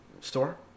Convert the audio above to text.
store